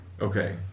okay